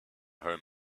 home